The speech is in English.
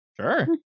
Sure